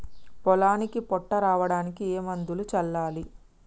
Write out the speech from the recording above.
పొలానికి పొట్ట రావడానికి ఏ మందును చల్లాలి?